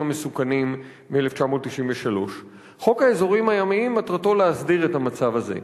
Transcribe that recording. המסוכנים משנת 1993. חוק האזורים הימיים מטרתו להסדיר את המצב הזה.